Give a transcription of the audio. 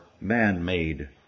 man-made